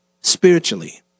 spiritually